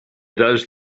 does